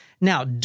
Now